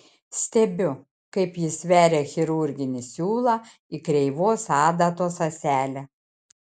stebiu kaip jis veria chirurginį siūlą į kreivos adatos ąselę